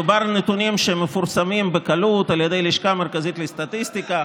מדובר על נתונים שמפורסמים בקלות על ידי הלשכה המרכזית לסטטיסטיקה,